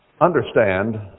Understand